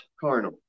carnal